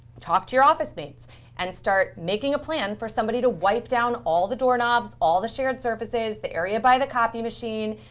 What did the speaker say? talk to your office mates and start making a plan for somebody to wipe down all the doorknobs, all the shared surfaces, the area by the copy machine,